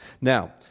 Now